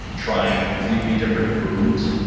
trying completely different foods,